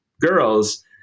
girls